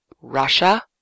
Russia